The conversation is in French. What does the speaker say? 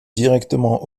directement